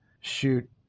shoot